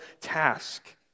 task